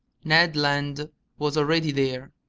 ned land was already there.